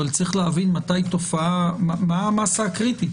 אבל צריך להבין מה המאסה הקריטית.